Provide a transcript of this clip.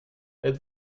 êtes